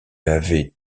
avaient